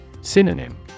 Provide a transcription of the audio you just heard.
Synonym